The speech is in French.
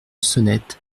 sonnette